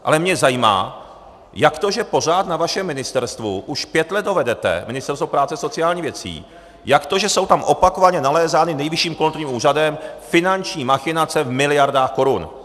Ale mě zajímá, jak to, že pořád na vašem ministerstvu, už pět let ho vedete, Ministerstvo práce a sociálních věcí, jak to, že jsou tam opakovaně nalézány Nejvyšším kontrolním úřadem finanční machinace v miliardách korun.